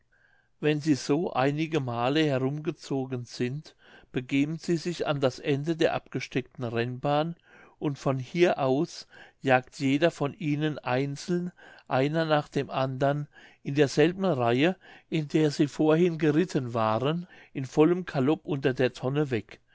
wenn sie so einige male herumgezogen sind begeben sie sich an das ende der abgesteckten rennbahn und von hier aus jagt jeder von ihnen einzeln einer nach dem andern in derselben reihe in der sie vorhin geritten waren im vollen galop unter der tonne weg